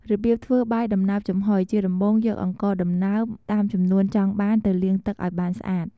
របៀបធ្វើបាយដំណើបចំហុយ ជាដំបូងយកអង្ករដំណើបតាមចំនួនចង់បានទៅលាងទឹកឱ្យបានស្អាត។